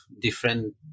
different